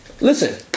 listen